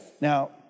Now